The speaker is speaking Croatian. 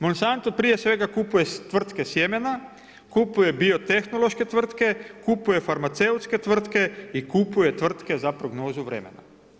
Monsanto prije svega kupuje tvrtke sjmene, kupuje bio tehnološke tvrtke, kupuje farmaceutske tvrtke i kupuje tvrtku za prognozu vremena.